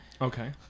Okay